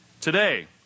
today